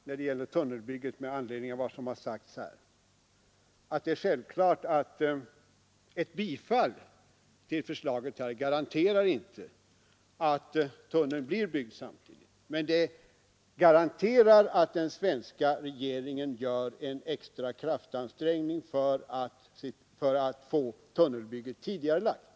När det gäller tunnelbygget vill jag med anledning av vad som sagts här framhålla att det är självklart att ett bifall till förslaget inte garanterar att tunneln blir färdig samtidigt som bron, men det garanterar att den svenska regeringen gör en extra kraftansträngning för att få tunnelbygget tidigarelagt.